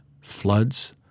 floods